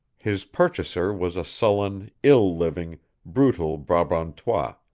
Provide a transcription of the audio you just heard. his purchaser was a sullen, ill-living, brutal brabantois,